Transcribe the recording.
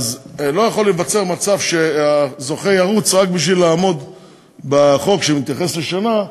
ואז לא יכול להיווצר מצב שהזוכה ירוץ רק בשביל לעמוד בחוק שמתייחס לשנה,